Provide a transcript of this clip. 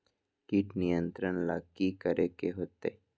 किट नियंत्रण ला कि करे के होतइ?